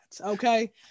okay